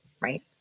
Right